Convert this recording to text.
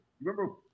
remember